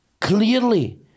clearly